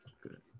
good